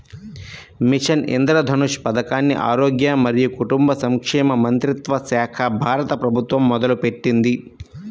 machine Indradhanush పథకాన్ని ఆరోగ్య మరియు కుటుంబ సంక్షేమ మంత్రిత్వశాఖ, భారత ప్రభుత్వం మొదలుపెట్టింది